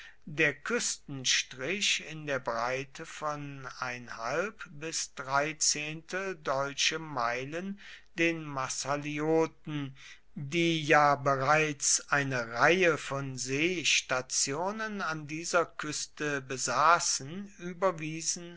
der küstenstrich in der breite von bis deutsche meilen den massalioten die ja bereits eine reihe von seestationen an dieser küste besaßen überwiesen